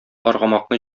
аргамакны